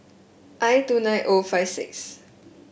I two nine O five six